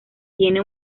tiene